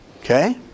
Okay